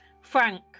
Frank